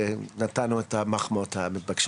ונתנו את המחמאות המתבקשות.